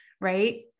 right